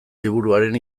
liburuaren